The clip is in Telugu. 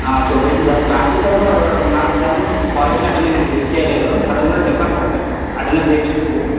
చూపించాను సార్ క్లాస్ టీచర్ ఎవరో నాకు ఇంతకుముందు కాల్ చేసినట్టుంది నేను లిఫ్ట్ చేయలేదు అతనికి కూడా చెప్పండి సార్ కొంచెం అటెండెన్స్ వేయించండి